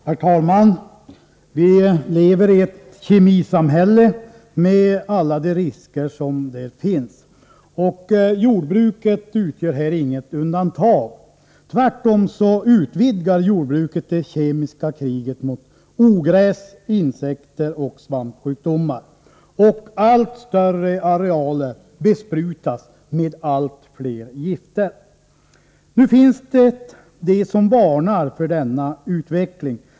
Herr talman! Vi lever i ett kemisamhälle, med alla de risker som där finns. Jordbruket utgör här inget undantag. Tvärtom utvidgar jordbruket det kemiska kriget mot ogräs, insekter och svampsjukdomar. Allt större arealer besprutas med allt fler gifter. Nu finns det de som varnar för denna utveckling.